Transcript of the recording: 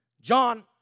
John